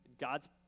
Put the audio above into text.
God's